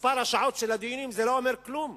מספר שעות הדיונים לא אומר כלום.